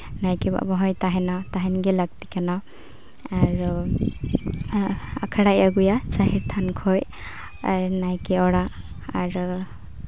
ᱱᱟᱭᱠᱮ ᱵᱟᱵᱟ ᱦᱚᱭ ᱛᱟᱦᱮᱱᱟ ᱛᱟᱦᱮᱱ ᱜᱮ ᱞᱟᱹᱠᱛᱤᱜ ᱠᱟᱱᱟ ᱟᱨ ᱟᱠᱷᱲᱟᱭ ᱟᱹᱜᱩᱭᱟ ᱡᱟᱦᱮᱨ ᱛᱷᱟᱱ ᱠᱷᱚᱡ ᱟᱨ ᱱᱟᱭᱠᱮ ᱚᱲᱟᱜ ᱟᱨ